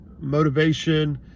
motivation